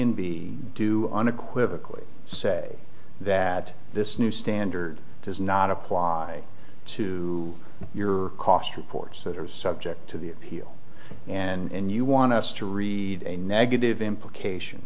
and b to unequivocally say that this new standard does not apply to your cost reports that are subject to the appeal and you want us to read a negative implication